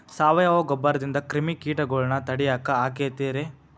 ಸಾವಯವ ಗೊಬ್ಬರದಿಂದ ಕ್ರಿಮಿಕೇಟಗೊಳ್ನ ತಡಿಯಾಕ ಆಕ್ಕೆತಿ ರೇ?